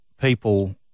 people